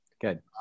Good